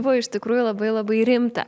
buvo iš tikrųjų labai labai rimta